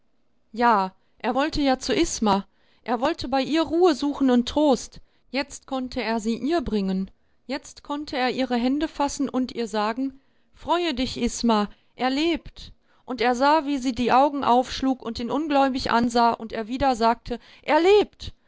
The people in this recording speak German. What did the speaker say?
ja er wollte ja zu isma er wollte bei ihr ruhe suchen und trost jetzt konnte er sie ihr bringen jetzt konnte er ihre hände fassen und ihr sagen freue dich isma er lebt und er sah wie sie die augen aufschlug und ihn ungläubig ansah und er wieder sagte er lebt